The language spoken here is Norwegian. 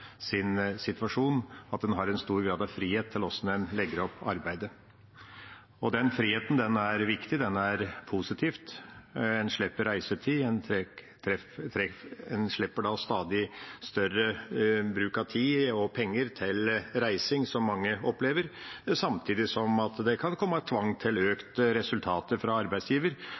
situasjon, at en har en stor grad av frihet med hensyn til hvordan en legger opp arbeidet. Den friheten er viktig, den er positiv – en slipper reisetid, en slipper stadig større bruk av tid og penger til reising, som mange opplever. Samtidig kan det komme tvang i form av krav til økte resultater fra arbeidsgiver.